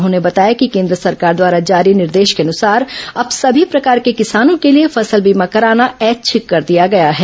उन्होंने बताया कि केन्द्र सरकार द्वारा निर्देश के अनुसार अब संभी प्रकार के किसानों के लिए फसल बीमा कराना एच्छिक कर दिया गया है